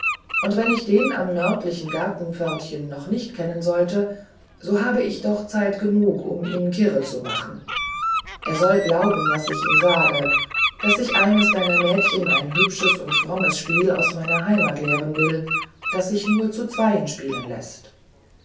und wenn ich den am nördlichen gartenpförtchen noch nicht kennen sollte so hab ich doch zeit genug um ihn kirre zu machen er soll glauben was ich ihm sage daß ich eines deiner mädchen ein hübsches und frommes spiel aus meiner heimat lehren will das sich nur zu zweien spielen läßt